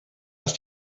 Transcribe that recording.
ist